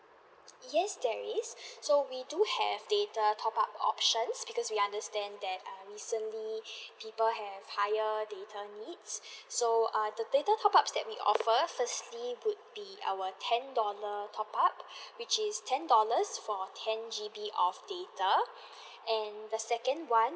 yes there is so we do have data top up options because are understand that err recently people have higher data needs so err the data tops up that we offer firstly would be our ten dollar top up which is ten dollars for ten G_B of data and the second one